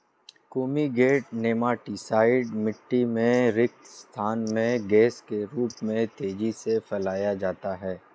fumigant nematicide मिटटी में रिक्त स्थान में गैस के रूप में तेजी से फैलाया जाता है